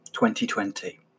2020